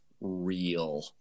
real